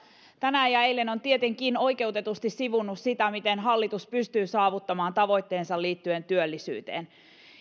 tänään ja eilen on tietenkin oikeutetusti sivunnut sitä miten hallitus pystyy saavuttamaan tavoitteensa liittyen työllisyyteen